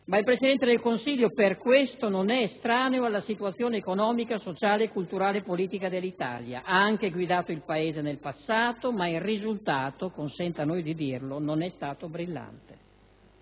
quarta esperienza di Governo e per questo non è estraneo alla situazione economica, sociale, culturale e politica dell'Italia. Ha anche guidato il Paese nel passato, ma il risultato - consenta a noi di dirlo - non è stato brillante.